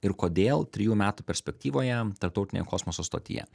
ir kodėl trijų metų perspektyvoje tarptautinėje kosmoso stotyje